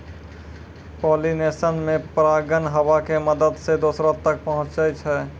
pollination मे परागकण हवा के मदत से दोसरो तक पहुचै छै